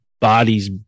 bodies